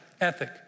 ethic